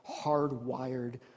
hardwired